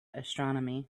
astronomy